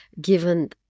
given